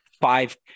five –